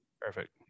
Perfect